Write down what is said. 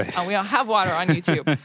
and we don't have water on youtube.